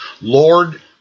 Lord